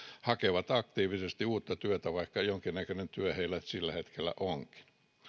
hakevat aktiivisesti uutta työtä vaikka jonkinnäköinen työ heillä sillä hetkellä onkin